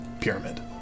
pyramid